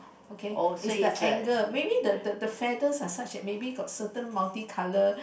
okay is the angle maybe the the feather are such that maybe got certain multi colour